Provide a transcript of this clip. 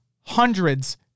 hundreds